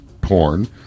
porn